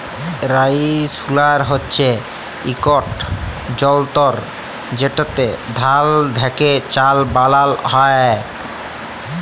rice huller হছে ইকট যলতর যেটতে ধাল থ্যাকে চাল বালাল হ্যয়